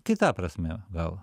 kita prasme gal